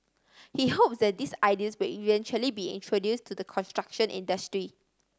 he hopes that these ideas will eventually be introduce to the construction industry